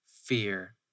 fear